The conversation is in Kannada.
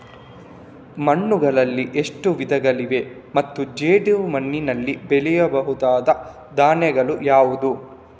ಮಣ್ಣುಗಳಲ್ಲಿ ಎಷ್ಟು ವಿಧಗಳಿವೆ ಮತ್ತು ಜೇಡಿಮಣ್ಣಿನಲ್ಲಿ ಬೆಳೆಯಬಹುದಾದ ಧಾನ್ಯಗಳು ಯಾವುದು?